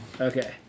Okay